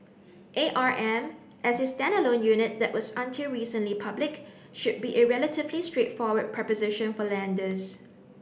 A R M as a standalone unit that was until recently public should be a relatively straightforward proposition for lenders